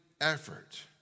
effort